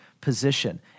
position